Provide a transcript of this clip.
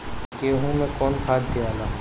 गेहूं मे कौन खाद दियाला?